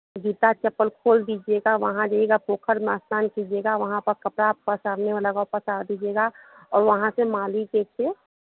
जूता चप्पल खोल दीजिएगा वहाँ जाइएगा पोखर में स्नान कीजिएगा वहाँ पर कपड़ा पसारने वाला होगा पसार दीजिएगा और वहाँ के माली से